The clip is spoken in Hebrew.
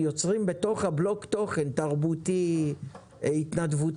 יוצרים בתוך הבלוק תוכן תרבותי, התנדבותי.